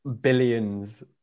billions